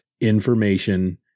information